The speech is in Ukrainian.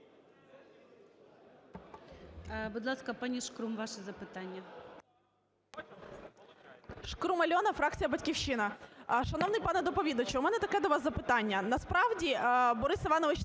Будь ласка, пані Шкрум, ваше запитання.